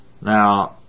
Now